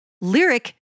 lyric